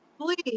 Please